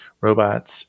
robots